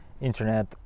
internet